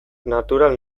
natural